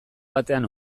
batean